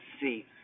see